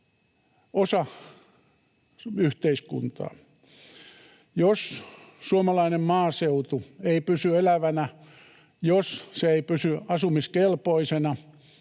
osa yhteiskuntaa. Jos suomalainen maaseutu ei pysy elävänä, jos se ei pysy asumiskelpoisena